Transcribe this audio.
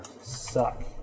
suck